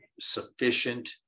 sufficient